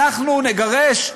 אנחנו נגרש,